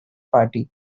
party